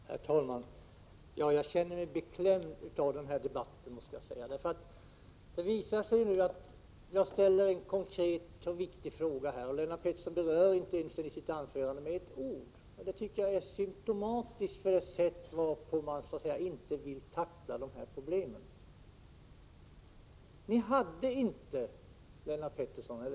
Herr talman! Jag känner mig beklämd av den här debatten. Jag ställer en konkret och viktig fråga till Lennart Pettersson, men han berör den inte ens med ett ord i sitt anförande. Det tycker jag är symptomatiskt för det sätt på vilket socialdemokraterna undviker att tackla problemen.